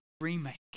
remake